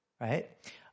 right